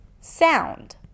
sound